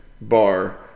bar